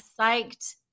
psyched